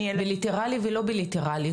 בלטראלי ולא בלטראלי.